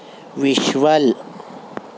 visual